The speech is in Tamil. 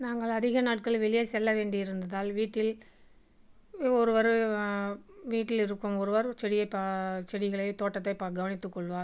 நாங்கள் அதிக நாட்கள் வெளியே செல்ல வேண்டி இருந்ததால் வீட்டில் ஒரு ஒரு வீட்டில் இருக்கும் ஒருவர் செடியை பா செடிகளை தோட்டத்தை பா கவனித்துக்கொள்வார்